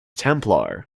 templar